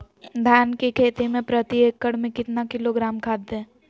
धान की खेती में प्रति एकड़ में कितना किलोग्राम खाद दे?